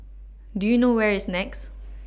Do YOU know Where IS Nex